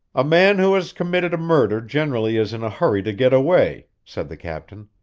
a man who has committed a murder generally is in a hurry to get away, said the captain.